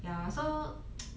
ya so